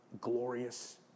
glorious